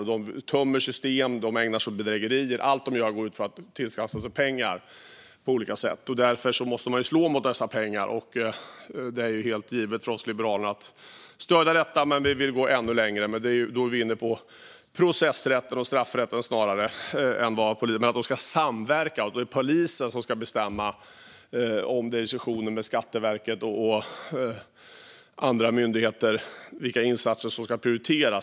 De tömmer system och ägnar sig åt bedrägerier, och allt de gör går ut på att på olika sätt tillskansa sig pengar. Därför måste man slå mot dessa pengar. Det är helt givet för oss i Liberalerna att stödja detta, men vi vill gå ännu längre. Då är vi dock snarare inne på processrätten och straffrätten än på vad polisen ska göra. Men de ska samverka, och det är polisen som i diskussioner med Skatteverket och andra myndigheter ska bestämma vilka insatser som ska prioriteras.